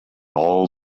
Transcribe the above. all